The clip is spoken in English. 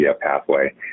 pathway